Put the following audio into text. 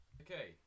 Okay